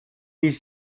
mille